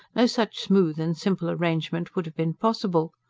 no such smooth and simple arrangement would have been possible.